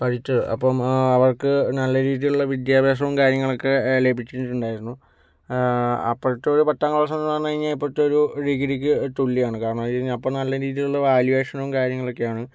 പഠിച്ചത് അപ്പം അവർക്ക് നല്ല രീതിലൊള്ള വിദ്യാഭ്യാസവും കാര്യങ്ങളൊക്കെ ലഭിച്ചിട്ടുണ്ടായിരുന്നു അപ്പോഴത്തെ ഒരു പത്താം ക്ലാസന്ന് പറഞ്ഞ് കഴിഞ്ഞാൽ ഇപ്പോഴത്തെ ഒരു ഡിഗ്രിക്ക് തുല്യമാണ് കാരണം എന്താന്ന് വച്ച് കഴിഞ്ഞാൽ അപ്പം നല്ല രീതിയിലുള്ള വാല്യൂവേഷനും കാര്യങ്ങളൊക്കെയാണ്